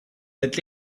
het